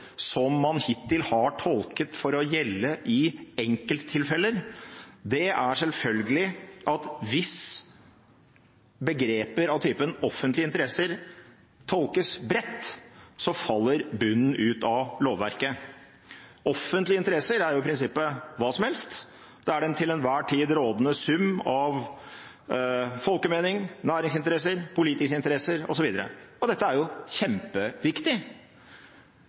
som man hittil har tolket til å gjelde i enkelttilfeller, er selvfølgelig at hvis begreper av typen «offentlige interesser» tolkes bredt, faller bunnen ut av lovverket. «Offentlige interesser» er jo i prinsippet hva som helst – det er den til enhver tid rådende sum av folkemening, næringsinteresser, politiske interesser osv. Dette er kjempeviktig, men måten vi håndterer generelle offentlige interesser på, er jo